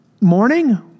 morning